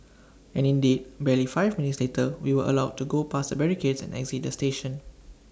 and indeed barely five minutes later we were allowed to go past the barricades and exit the station